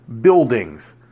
buildings